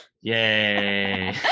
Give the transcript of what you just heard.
Yay